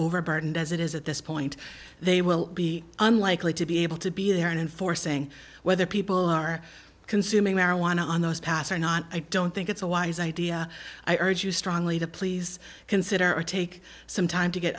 overburdened as it is at this point they will be unlikely to be able to be there in enforcing whether people are consuming marijuana on those pass or not i don't think it's a wise idea i urge you strongly to please consider or take some time to get